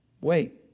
Wait